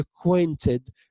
acquainted